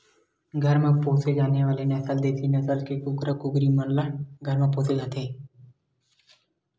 घर म पोसे जाने वाले नसल देसी नसल के कुकरा कुकरी मन ल घर म पोसे जाथे